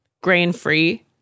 grain-free